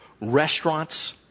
restaurants